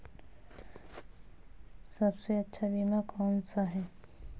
सबसे अच्छा बीमा कौनसा है?